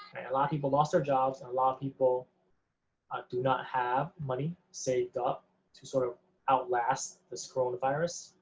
a lot of people lost their jobs and a lot of people do not have money saved up to sort of outlast this coronavirus,